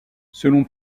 selon